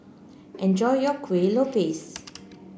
enjoy your Kueh Lopes